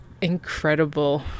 incredible